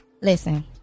Listen